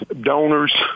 donors